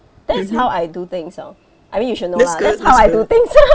that's how I do things you know I mean you should know lah that's how I do things